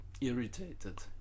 irritated